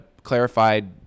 clarified